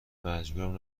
مجبورم